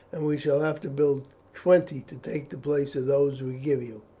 and we shall have to build twenty to take the place of those we give you.